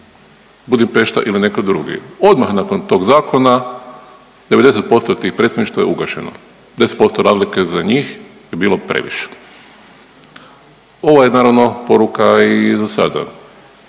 Budimpešta ili neko drugi, odmah nakon tog zakona 90% tih predstavništava je ugašeno, 10% razlike za njih je bilo previše. Ovo je naravno poruka i za sada,